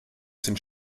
sind